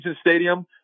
Stadium